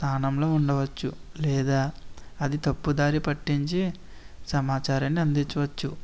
స్థానంలో ఉండవచ్చు లేదా అది తప్పు దారి పట్టించి సమాచారాన్ని అందించవచ్చు